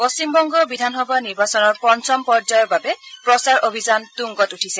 পশ্চিমবঙ্গ বিধানসভা নিৰ্বাচনৰ পঞ্চম পৰ্য্যায়ৰ বাবে প্ৰচাৰ অভিযান তুংগত উঠিছে